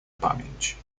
pamięć